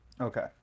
Okay